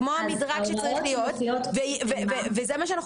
כמו שאמרנו,